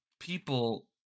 people